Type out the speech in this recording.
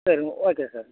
சரிங்க okay sir